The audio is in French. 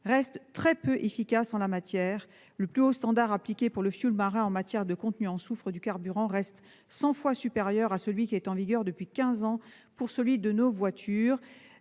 reste très peu efficace en la matière. Le plus haut standard appliqué pour le fioul marin en matière de teneur en soufre du carburant reste 100 fois supérieur à celui qui est en vigueur depuis quinze ans pour celui des voitures-